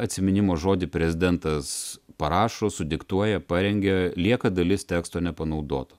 atsiminimo žodį prezidentas parašo sudiktuoja parengia lieka dalis teksto nepanaudota